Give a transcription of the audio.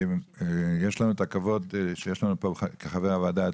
יש לנו את הכבוד שיש לנו פה כחבר הוועדה את